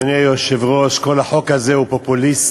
אדוני היושב-ראש, כל החוק הזה הוא פופוליסטי.